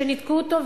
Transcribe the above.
שניתקו אותו,